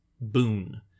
boon